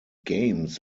games